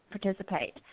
participate